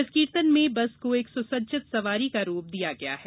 इस कीर्तन में बस को एक सुसज्जित सवारी का रूप दिया गया है